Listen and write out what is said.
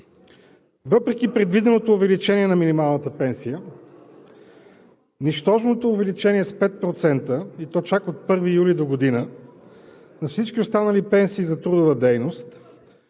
въпреки предвиденото увеличение на минималната пенсия – нищожното увеличение с 5%, и то чак от 1 юли догодина, всички останали пенсии за трудова дейност,